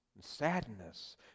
Sadness